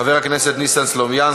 חוק ומשפט חבר הכנסת ניסן סלומינסקי.